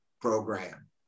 program